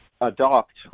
adopt